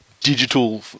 Digital